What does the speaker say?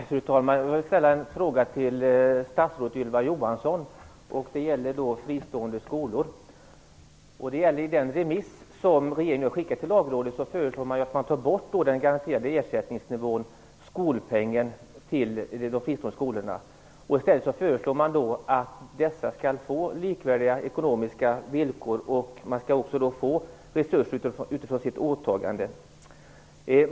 Fru talman! Jag vill ställa en fråga till statsrådet Ylva Johansson. Det gäller fristående skolor. I den remiss som regeringen nu skickat till lagrådet föreslår man att den garanterade ersättningsnivån, skolpengen, till de fristående skolorna tas bort. I stället föreslår man att dessa skall få likvärdiga ekonomiska villkor och att de skall få resurser utifrån sitt åtagande.